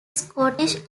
scottish